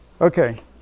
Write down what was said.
Okay